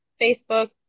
facebook